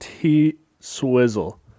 T-Swizzle